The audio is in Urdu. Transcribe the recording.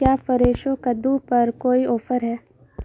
کیا فریشو کدو پر کوئی آفر ہے